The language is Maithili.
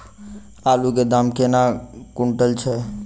आलु केँ दाम केना कुनटल छैय?